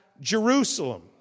Jerusalem